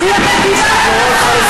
למדינת הלכה,